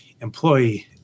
employee